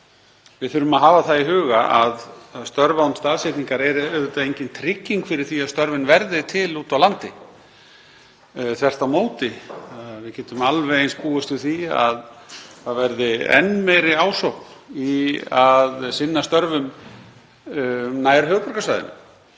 við þurfum að hafa það í huga að störf án staðsetningar eru auðvitað engin trygging fyrir því að störfin verði til úti á landi, þvert á móti getum við alveg eins búist við því að það verði enn meiri ásókn í að sinna störfum nær höfuðborgarsvæðinu,